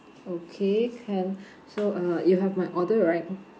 okay can so uh you have my order right